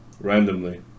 randomly